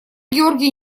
георгий